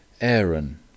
Aaron